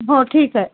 हो ठीक आहे